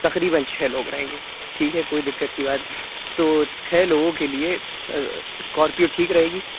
تقریبآٓ چھ لوگ رہیں گے ٹھیک ہے کوئی دقت کی بات تو چھ لوگوں کے لیے اسکارپیو ٹھیک رہے گی